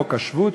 חוק השבות,